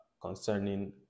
concerning